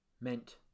meant